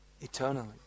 eternally